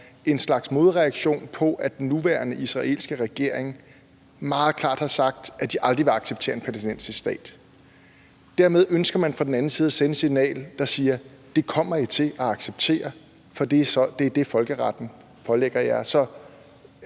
en slags modreaktion på, at den nuværende israelske regering meget klart har sagt, at de aldrig vil acceptere en palæstinensisk stat. Dermed ønsker man på den anden side at sende et signal, der siger: Det kommer I til at acceptere, for det er det, folkeretten pålægger jer.